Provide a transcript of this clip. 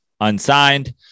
unsigned